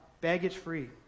baggage-free